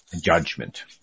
judgment